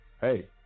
Hey